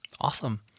Awesome